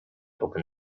open